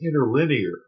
interlinear